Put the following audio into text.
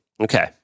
Okay